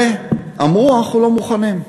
ואמרו: אנחנו לא מוכנים,